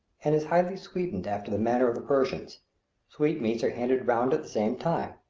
and is highly sweetened after the manner of the persians sweetmeats are handed round at the same time.